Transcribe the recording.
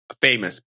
famous